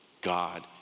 God